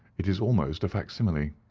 it is almost a facsimile.